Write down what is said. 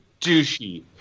douchey